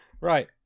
right